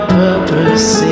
purpose